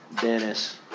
Dennis